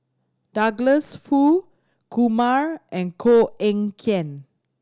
Douglas Foo Kumar and Koh Eng Kian